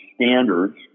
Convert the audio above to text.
standards